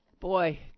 Boy